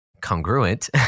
congruent